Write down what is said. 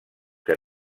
que